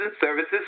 services